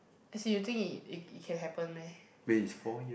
as in you think it it it can happen meh